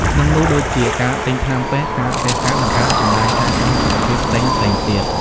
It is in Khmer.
ក្នុងនោះដូចជា ការទិញថ្នាំពេទ្យ ការវះកាត់ និងការចំណាយថែទាំសុខភាពផ្សេងៗទៀត។